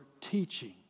teaching